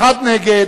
אחד נגד,